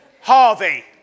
Harvey